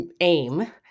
aim